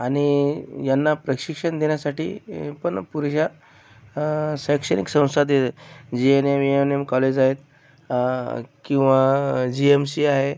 आणि यांना प्रशिक्षण देण्यासाठी पण पुरेशा शैक्षणिक संस्था D G N M V N M college आहेत किंवा जी एम शी आहे